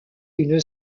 une